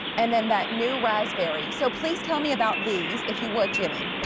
and then that new raspberry. so please tell me about these, if you would, jimmy.